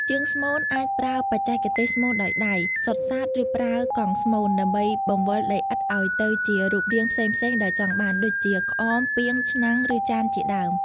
ជាងស្មូនអាចប្រើ បច្ចេកទេសស្មូនដោយដៃ សុទ្ធសាធ ឬប្រើ កង់ស្មូន ដើម្បីបង្វិលដីឥដ្ឋឲ្យទៅជារូបរាងផ្សេងៗដែលចង់បាន ដូចជា ក្អម ពាង ឆ្នាំង ឬចាន ជាដើម។